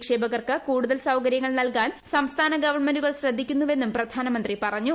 നിക്ഷേപകർക്ക് കൂടുതൽ സൌകര്യങ്ങൾ നൽകാൻ സംസ്ഥാന ഗവൺമെന്റുകൾ ശ്രദ്ധക്കുന്നുവെന്നും പ്രധാനമന്ത്രി പറഞ്ഞു